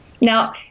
Now